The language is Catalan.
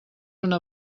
una